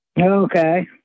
Okay